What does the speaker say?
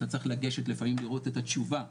אתה צריך לגשת לפעמים לראות את התשובה.